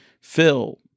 Phil